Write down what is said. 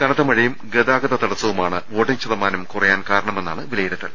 കനത്ത മഴയും ഗതാഗത തടസ്സവു മാണ് വോട്ടിംഗ് ശതമാനം കുറയാൻ കാരണമെന്നാണ് വിലയിരുത്തൽ